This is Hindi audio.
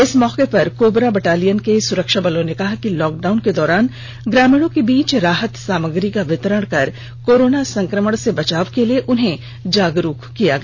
इस मौके पर कोबरा बटालियन के सुरक्षा बलों ने कहा कि लॉक डाउन के दौरान ग्रामीणों के बीच राहत सामग्री का वितरण कर कोरोना संकमण से बचाव के लिए उन्हें जागरूक किया गया